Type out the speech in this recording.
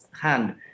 hand